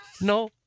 No